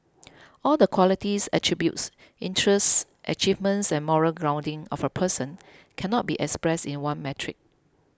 all the qualities attributes interests achievements and moral grounding of a person cannot be expressed in one metric